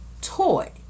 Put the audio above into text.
toy